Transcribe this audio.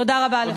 תודה רבה לך.